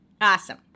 awesome